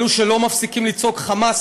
אלה שלא מפסיקים לצעוק חמס,